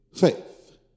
faith